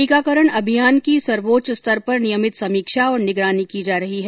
टीकाकरण अभियान की सर्वोच्च स्तर पर नियमित समीक्षा और निगरानी की जा रही है